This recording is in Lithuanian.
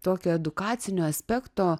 tokio edukacinio aspekto